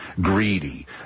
Greedy